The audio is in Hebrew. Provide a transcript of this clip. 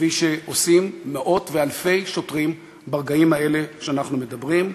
כפי שעושים מאות ואלפי שוטרים ברגעים האלה שאנחנו מדברים,